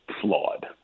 flawed